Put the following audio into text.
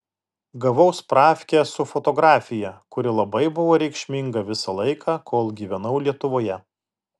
gavau spravkę su fotografija kuri labai buvo reikšminga visą laiką kol gyvenau lietuvoje